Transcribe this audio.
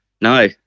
No